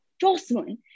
Jocelyn